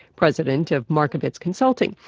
president of markovitz consulting.